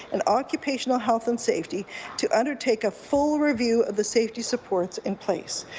and occupational health and safety to undertake a full review of the safety supports in place.